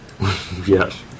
Yes